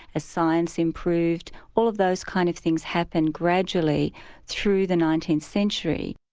as science improved, all of those kind of things happened gradually through the nineteenth century.